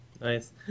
Nice